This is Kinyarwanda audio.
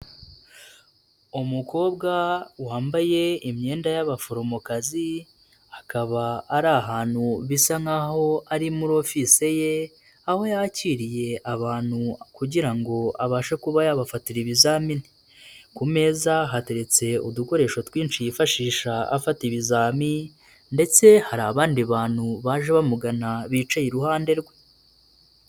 Umukobwa wambaye imyenda y'abaforomokazi, akaba ari ahantu bisa nk'aho ari muri ofice ye, aho yakiriye abantu kugira ngo abashe kuba yabafatira ibizamini. Ku meza hateretse udukoresho twinshi yifashisha afata ibizami ndetse hari abandi bantu baje bamugana bicaye iruhande rwe.